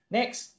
Next